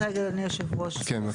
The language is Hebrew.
אני רק רוצה, אדוני יושב הראש, סליחה.